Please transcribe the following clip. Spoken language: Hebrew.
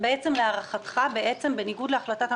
להערכתך בעצם בניגוד להחלטת הממשלה,